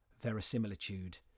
verisimilitude